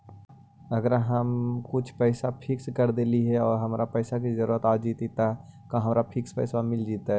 अगर हम कुछ पैसा फिक्स कर देली हे और हमरा पैसा के जरुरत आ जितै त का हमरा फिक्स पैसबा मिल सकले हे?